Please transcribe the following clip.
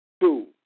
Two